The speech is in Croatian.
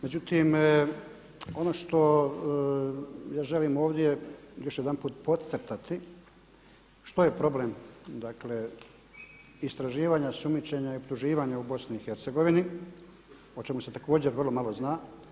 Međutim ono što ja želim ovdje još jednom podcrtati što je problem istraživanja, osumnjičenja, i optuživanja u BiH, o čemu se također vrlo malo zna.